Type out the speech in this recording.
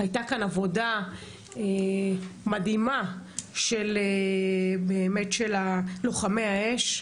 הייתה כאן עבודה מדהימה של לוחמי האש,